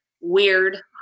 weird